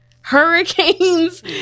hurricanes